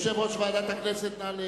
יושב-ראש ועדת הכנסת.